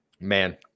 man